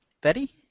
Betty